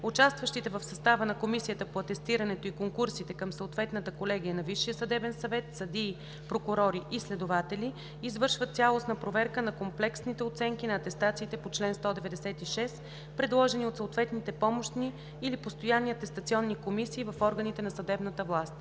Участващите в състава на Комисията по атестирането и конкурсите към съответната колегия на Висшия съдебен съвет съдии, прокурори и следователи извършват цялостна проверка на комплексните оценки на атестациите по чл. 196, предложени от съответните помощни или постоянни атестационни комисии в органите на съдебната власт.